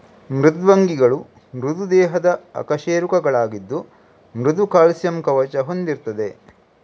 ಮೃದ್ವಂಗಿಗಳು ಮೃದು ದೇಹದ ಅಕಶೇರುಕಗಳಾಗಿದ್ದು ಮೃದು ಕ್ಯಾಲ್ಸಿಯಂ ಕವಚ ಹೊಂದಿರ್ತದೆ